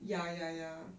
ya ya ya